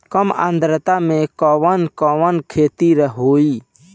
कम आद्रता में कवन कवन खेती होई?